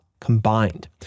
combined